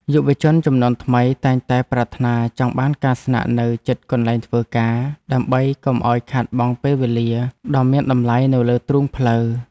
យុវជនជំនាន់ថ្មីតែងតែប្រាថ្នាចង់បានការស្នាក់នៅជិតកន្លែងធ្វើការដើម្បីកុំឱ្យខាតបង់ពេលវេលាដ៏មានតម្លៃនៅលើទ្រូងផ្លូវ។